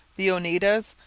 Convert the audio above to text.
the oneidas,